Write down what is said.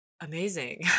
amazing